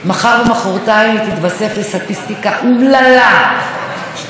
אנחנו כאן בבית הזה לא זועקים את זעקתה מספיק,